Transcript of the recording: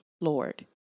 Lord